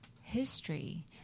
history